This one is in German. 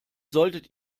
solltet